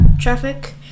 traffic